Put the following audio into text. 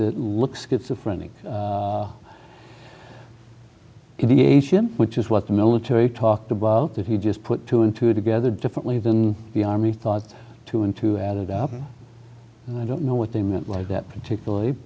that look schizophrenia could be a shim which is what the military talked about that he just put two and two together differently than the army thought two and two added up and i don't know what they meant like that particularly